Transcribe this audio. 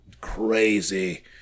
crazy